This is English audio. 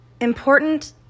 important